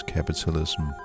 Capitalism